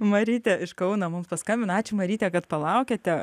marytė iš kauno mums paskambino ačiū maryte kad palaukėte